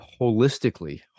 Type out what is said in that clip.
holistically